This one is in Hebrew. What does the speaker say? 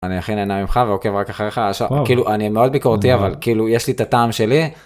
אני הכי נהנה ממך ועוקב רק אחריך כאילו אני מאוד ביקורתי אבל כאילו יש לי את הטעם שלי.